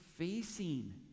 Facing